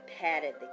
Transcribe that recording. patted